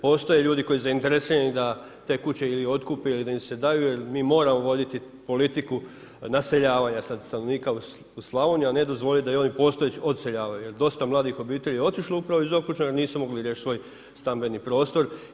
Postoje ljudi koji su zainteresirani da te kuće ili otkupe ili da im se daju jer mi moramo voditi politiku naseljavanja stanovnika u Slavoniju, a ne dozvoliti da i oni postojeći odseljavaju jer je dosta mladih obitelji otišlo iz Okučana nisu mogli riješiti svoj stambeni prostor.